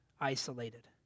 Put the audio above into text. isolated